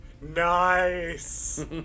nice